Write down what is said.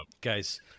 guys